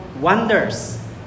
wonders